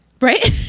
Right